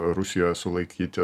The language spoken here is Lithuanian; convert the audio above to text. rusijos sulaikyti